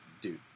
dude